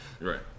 Right